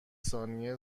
ثانیه